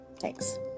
Thanks